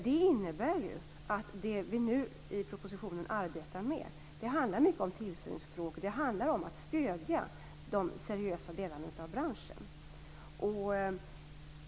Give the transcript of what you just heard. Det som vi nu arbetar med i propositionen handlar därför mycket om tillsynsfrågor och om att stödja de seriösa delarna av branschen.